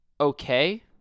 okay